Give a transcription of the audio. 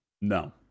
No